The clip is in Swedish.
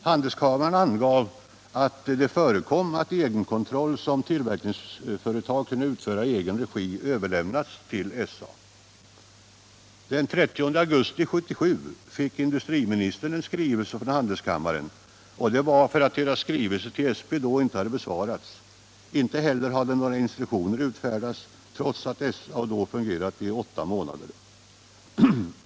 Handelskammaren angav att det förekom att egenkontroll, som tillverkningsföretag kunde utföra i egen regi, överlämnats till SA. Den 30 augusti 1977 fick industriministern en skrivelse från Handelskammaren därför att dess skrivelse till SP då icke hade besvarats. Inte heller hade några instruktioner utfärdats, trots att SA då fungerat i åtta månader.